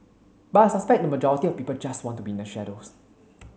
but I suspect the majority of people just want to be in the shadows